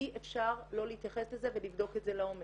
אי אפשר לא להתייחס לזה ולבדוק לעומק.